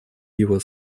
его